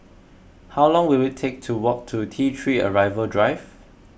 how long will it take to walk to T three Arrival Drive